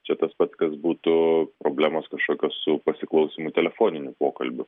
čia tas pats kas būtų problemos kažkokios su pasiklausimu telefoninių pokalbių